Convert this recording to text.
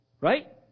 Right